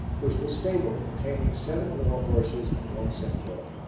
was the stable containing seven war horses and one centaur.